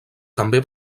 també